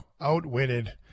outwitted